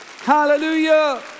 Hallelujah